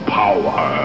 power